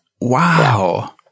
wow